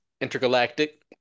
intergalactic